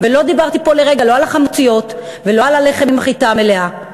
ולא דיברתי פה לרגע לא על לחם החמוציות ולא על הלחם מחיטה מלאה,